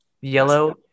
Yellow